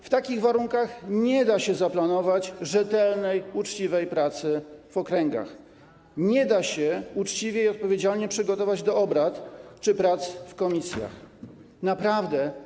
W takich warunkach nie da się zaplanować rzetelnej, uczciwej pracy w okręgach, nie da się uczciwie i odpowiedzialnie przygotować do obrad czy prac w komisjach.